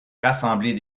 rassembler